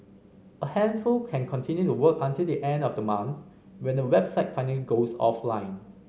a handful can continue to work until the end of the month when the website finally goes offline